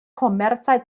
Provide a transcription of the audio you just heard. komercaj